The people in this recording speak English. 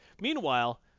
Meanwhile